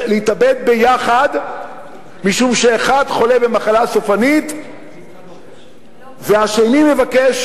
להתאבד יחד משום שאחד חולה במחלה סופנית והשני מבקש: